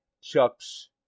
Chuck's